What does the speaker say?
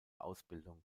ausbildung